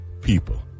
people